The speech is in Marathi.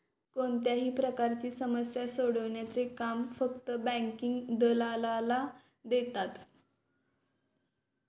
कोणत्याही प्रकारची समस्या सोडवण्याचे काम फक्त बँकिंग दलालाला देतात